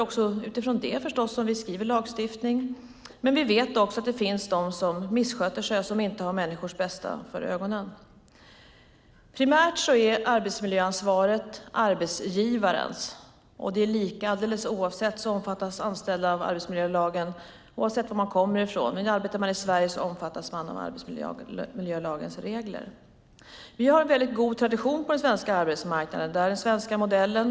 Det är förstås också utifrån det som vi skriver lagstiftning. Men vi vet också att det finns de som missköter sig och som inte har människors bästa för ögonen. Primärt är arbetsmiljöansvaret arbetsgivarens. Oavsett var man kommer ifrån omfattas man av arbetsmiljölagen. Arbetar man i Sverige omfattas man av arbetsmiljölagens regler. Vi har en väldigt god tradition på den svenska arbetsmarknaden, den svenska modellen.